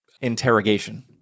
Interrogation